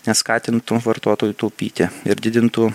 neskatintų vartotojų taupyti ir didintų